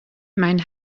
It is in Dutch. mijn